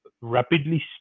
rapidly